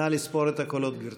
נא לספור את הקולות, גברתי.